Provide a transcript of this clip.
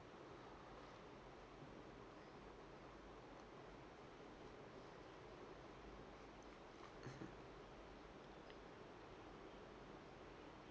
mmhmm